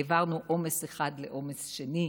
העברנו עומס מאחד לשני?